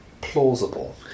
plausible